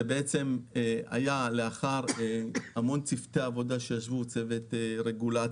זה היה לאחר צוותי עבודה רבים שישבו: צוות רגולציה,